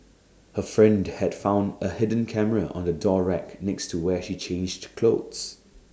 her friend had found A hidden camera on the door rack next to where she changed clothes